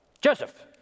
Joseph